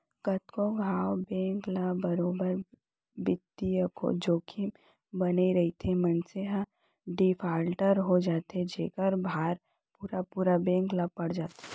कतको घांव बेंक ल बरोबर बित्तीय जोखिम बने रइथे, मनसे ह डिफाल्टर हो जाथे जेखर भार पुरा पुरा बेंक ल पड़ जाथे